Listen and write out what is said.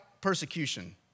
persecution